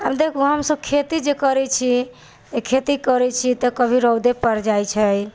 देखु हम सभ खेती जे करै छी खेती करै छियै तऽ कभी रौदे पड़ि जाइ छै